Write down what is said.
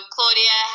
Claudia